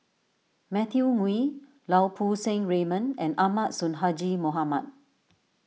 Matthew Ngui Lau Poo Seng Raymond and Ahmad Sonhadji Mohamad